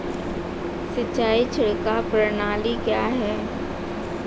सिंचाई छिड़काव प्रणाली क्या है?